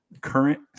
current